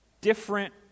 different